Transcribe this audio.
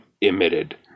emitted